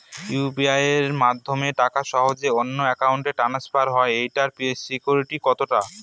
UPI মাধ্যমে টাকা সহজেই অন্যের অ্যাকাউন্ট ই ট্রান্সফার হয় এইটার সিকিউর কত টা?